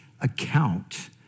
account